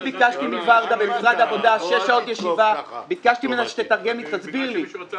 אני ביקשתי ממשרד העבודה שש שעות ישיבה ביקשתי שיתרגמו ויסבירו לי.